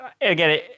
again